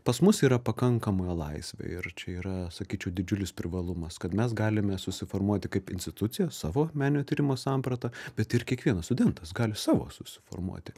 pas mus yra pakankama laisvė ir čia yra sakyčiau didžiulis privalumas kad mes galime susiformuoti kaip institucija savo meninio tyrimo sampratą bet ir kiekvienas studentas gali savo susiformuoti